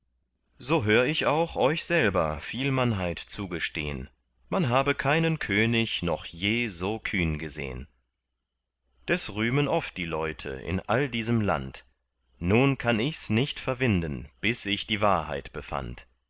so hör ich auch euch selber viel mannheit zugestehn man habe keinen könig noch je so kühn gesehn das rühmen oft die leute in all diesem land nun kann ichs nicht verwinden bis ich die wahrheit befand